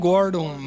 Gordon